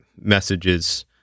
messages